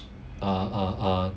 uh uh uh